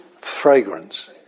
fragrance